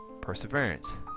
perseverance